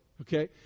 Okay